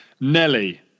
Nelly